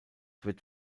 wird